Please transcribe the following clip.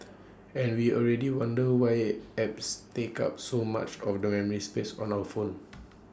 and we already wonder why at apps take up so much of the memory space on our phone